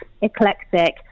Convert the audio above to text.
eclectic